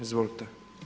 Izvolite.